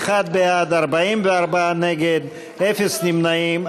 61 בעד, 44 נגד, אפס נמנעים.